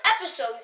episode